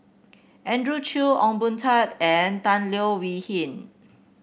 Andrew Chew Ong Boon Tat and Tan Leo Wee Hin